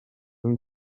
them